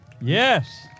Yes